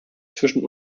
zwischen